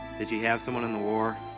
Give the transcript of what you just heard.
she have someone in the war?